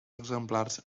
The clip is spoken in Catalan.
exemplars